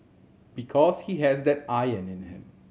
because he has that iron in him